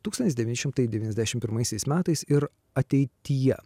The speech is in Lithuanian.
tūkstantis devyni šimtai devyniasdešimt pirmaisiais metais ir ateityje